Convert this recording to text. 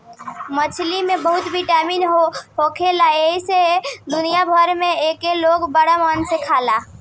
मछरी में बहुते विटामिन मिलेला एही से दुनिया भर में एके लोग बड़ा मन से खाला